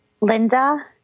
Linda